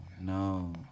no